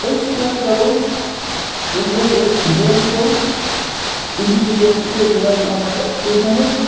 أسۍ کیٛاہ کَرَو ییٚمہِ سۭتۍ أسۍ دور نِچَو اِنٛجٕریو چھِ ضوٚرَتھ اَکھ پٮ۪شَنٕس